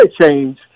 change